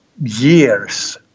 years